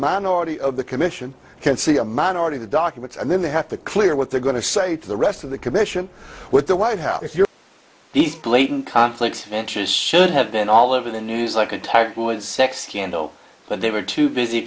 minority of the commission can see a minority of the documents and then they have to clear what they're going to say to the rest of the commission what the white house if you're these blatant conflicts of interests should have been all over the news like a tiger woods sex scandal but they were too busy